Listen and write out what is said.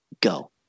go